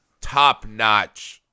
top-notch